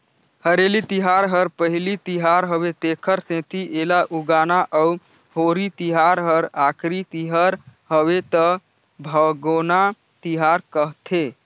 हरेली तिहार हर पहिली तिहार हवे तेखर सेंथी एला उगोना अउ होरी तिहार हर आखरी तिहर हवे त भागोना तिहार कहथें